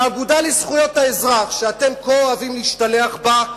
שהאגודה לזכויות האזרח, שאתם כה אוהבים להשתלח בה,